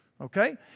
Okay